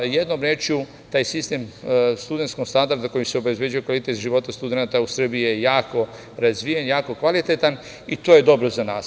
Jednom rečju, taj sistem studentskog standarda kojim se obezbeđuje kvalitet života studenata u Srbiji je jako razvijen, jako kvalitetan i to je dobro za nas.